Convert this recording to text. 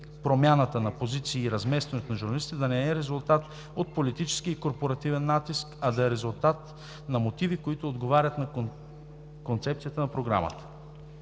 промяната на позиции и разместването на журналисти да не е резултат от политически и корпоративен натиск, а да е в резултат на мотиви, които отговарят на концепцията на програмата.